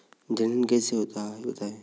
जनन कैसे होता है बताएँ?